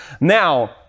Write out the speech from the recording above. now